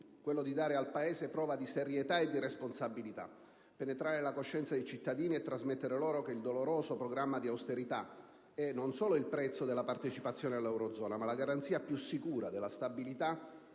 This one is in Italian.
tutti dare al Paese prova di serietà e di responsabilità, penetrare nella coscienza dei cittadini e trasmettere loro che il doloroso programma di austerità è non solo il prezzo della partecipazione all'Eurozona, ma la garanzia più sicura della stabilità